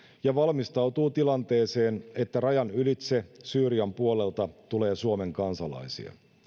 ja valmistautuu tilanteeseen että rajan ylitse syyrian puolelta tulee suomen kansalaisia